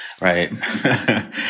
right